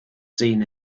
seen